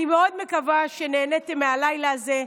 אני מאוד מקווה שנהניתם מהלילה הזה.